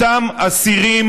אותם אסירים,